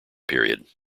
period